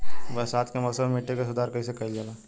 बरसात के मौसम में मिट्टी के सुधार कइसे कइल जाई?